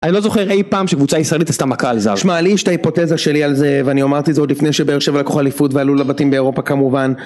אני לא זוכר אי פעם שקבוצה ישראלית עשתה מכה על זר. תשמע, לי יש את ההיפותזה שלי על זה, ואני אמרתי זאת עוד לפני שבאר שבע לקחה אליפות ועלתה לבתים באירופה כמובן.